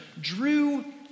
drew